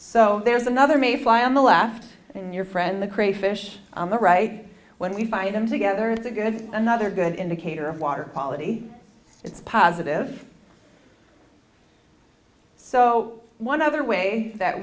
so there's another may fly on the left and your friend the crayfish on the right when we find them together is a good another good indicator of water quality it's positive so one other way that